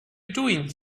doing